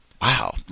Wow